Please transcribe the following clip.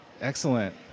Excellent